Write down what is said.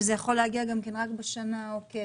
וזה יכול להגיע גם רק בשנה עוקבת.